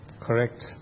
Correct